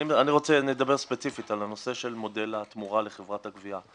אני רוצה שנדבר ספציפית על הנושא של מודל התמורה לחברת הגבייה.